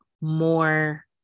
more